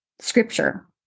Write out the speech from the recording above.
scripture